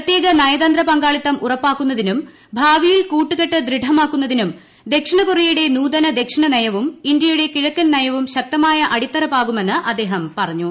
പ്രത്യേക നയതന്ത്ര പങ്കാളിത്തം ഉറപ്പാക്കുന്നതിനും ഭാവിയിൽ കൂട്ടുകെട്ട് ദൃഡമാക്കുന്നതിനും ദക്ഷിണ കൊറിയയുടെ നൂതന ദക്ഷിണ നയവും ഇന്ത്യയുടെ കിഴക്കൻ നയവും ശക്തമായ അടിത്തറപാകുമെന്ന് അദ്ദേഹം പറഞ്ഞു